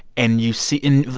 and you see and,